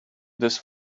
this